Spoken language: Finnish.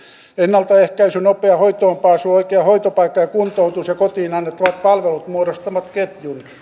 ennaltaehkäisy nopea hoitoon pääsy oikea hoitopaikka ja kuntoutus ja kotiin annettavat palvelut muodostavat ketjun ja